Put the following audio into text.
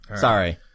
Sorry